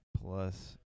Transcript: plus